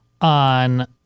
on